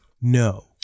No